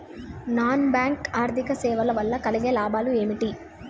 Non bank ఆర్థిక సేవల వల్ల కలిగే లాభాలు ఏమిటి?